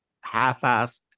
half-assed